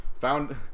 Found